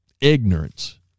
Ignorance